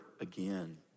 again